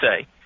say